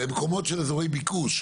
במקומות של אזורי ביקוש,